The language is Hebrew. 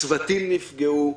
צוותים נפגעו,